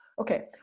Okay